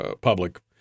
Public